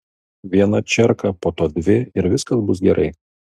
vieną čerką po to dvi ir viskas bus gerai